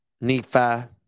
Nephi